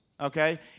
Okay